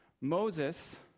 Moses